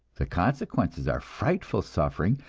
the consequences are frightful suffering,